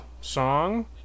song